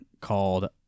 called